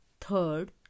Third